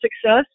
Success